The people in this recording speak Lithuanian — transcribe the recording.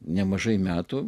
nemažai metų